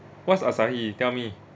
what's asahi tell me